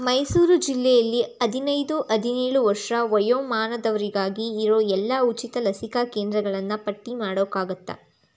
ಮೈಸೂರು ಜಿಲ್ಲೆಯಲ್ಲಿ ಹದಿನೈದು ಹದಿನೇಳು ವರ್ಷ ವಯೋಮಾನದವರಿಗಾಗಿ ಇರೋ ಎಲ್ಲ ಉಚಿತ ಲಸಿಕಾ ಕೇಂದ್ರಗಳನ್ನು ಪಟ್ಟಿ ಮಾಡೋಕ್ಕಾಗುತ್ತಾ